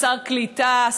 ושר קליטה,